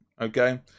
Okay